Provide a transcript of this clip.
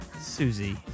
Susie